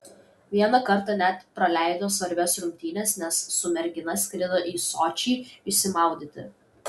vieną kartą net praleido svarbias rungtynes nes su mergina skrido į sočį išsimaudyti